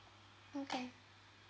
okay